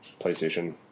Playstation